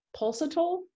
pulsatile